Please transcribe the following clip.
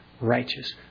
righteous